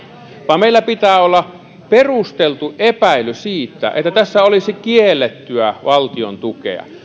vaan meillä pitää olla perusteltu epäily siitä että tässä olisi kiellettyä valtiontukea